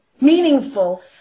meaningful